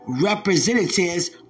representatives